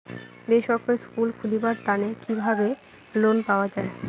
বেসরকারি স্কুল খুলিবার তানে কিভাবে লোন পাওয়া যায়?